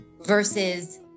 versus